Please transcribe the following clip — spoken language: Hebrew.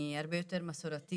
היא הרבה יותר מסורתית.